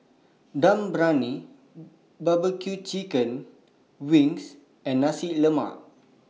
Dum Briyani Barbecue Chicken Wings and Nasi Lemak